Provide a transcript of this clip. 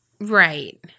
Right